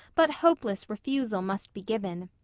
but hopeless refusal must be given.